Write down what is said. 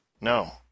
No